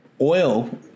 oil